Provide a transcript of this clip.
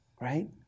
right